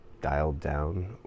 dialed-down